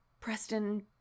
Preston